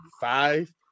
five